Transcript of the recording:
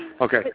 Okay